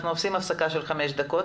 ההנחיה הזו בוטלה וניתן לשלם 100% תמיכות.